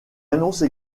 annonce